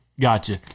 Gotcha